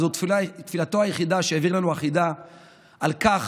וזו תפילתו היחידה שהעביר לנו החיד"א על כך,